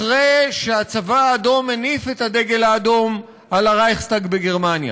אחרי שהצבא האדום הניף את הדגל האדום על הרייכסטאג בגרמניה.